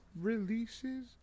Releases